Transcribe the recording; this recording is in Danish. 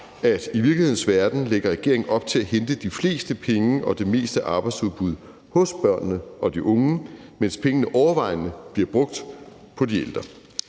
at i virkelighedens verden lægger regeringen op til at hente de fleste penge og det meste af arbejdsudbuddet hos børnene og de unge, mens pengene overvejende bliver brugt på de ældre.